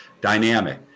Dynamic